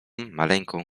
maleńką